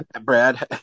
Brad